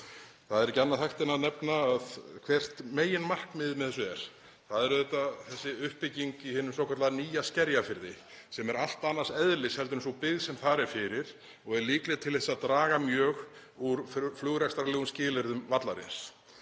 Það er ekki annað hægt en að nefna hvert meginmarkmiðið með þessu er: Það er auðvitað þessi uppbygging í hinum svokallaða Nýja-Skerjafirði sem er allt annars eðlis en sú byggð sem þar er fyrir og er líkleg til þess að draga mjög úr flugrekstrarlegum skilyrðum vallarins.